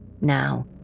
now